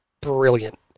brilliant